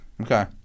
Okay